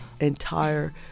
entire